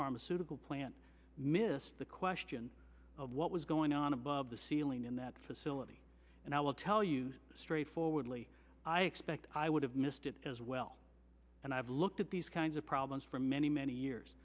pharmaceutical plant missed the question of what was going on above the ceiling in that facility and i will tell you straightforwardly i expect i would have missed it as well and i have looked at these kinds of problems for many many